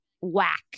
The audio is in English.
whack